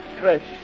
Fresh